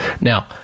now